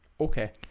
okay